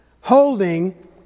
holding